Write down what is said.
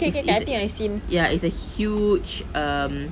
is is ya it's a huge um